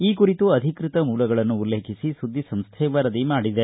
ಈ ಕುರಿತು ಅಧಿಕೃತ ಮೂಲಗಳನ್ನು ಉಲ್ಲೇಖಿಸಿ ಸುದ್ದಿ ಸಂಸ್ಟೆ ವರದಿ ಮಾಡಿದೆ